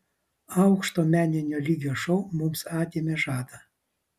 aukšto meninio lygio šou mums atėmė žadą